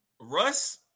Russ